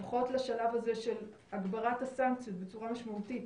לפחות לשלב הזה של הגברת הסנקציות בצורה משמעותית,